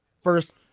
first